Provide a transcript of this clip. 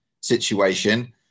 situation